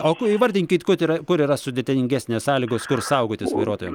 o ku įvardinkit kut yra kur yra sudėtingesnės sąlygos kur saugotis vairuotojams